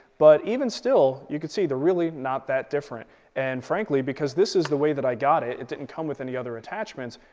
but even still, you can see they're really not that different and frankly, because this is the way that i got it, it didn't come with any other attachments,